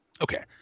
Okay